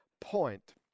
point